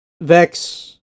Vex